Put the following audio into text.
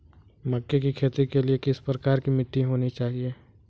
मक्के की खेती के लिए किस प्रकार की मिट्टी होनी चाहिए?